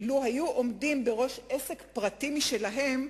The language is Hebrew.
לו עמדו בראש עסק פרטי משלהם,